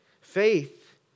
Faith